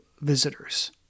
visitors